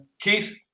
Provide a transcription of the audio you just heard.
Keith